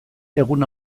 egun